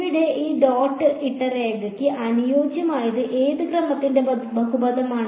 ഇവിടെ ഞാൻ ഈ ഡോട്ട് ഇട്ട രേഖയ്ക്ക് അനുയോജ്യമായത് ഏത് ക്രമത്തിന്റെ ബഹുപദമാണ്